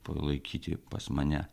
palaikyti pas mane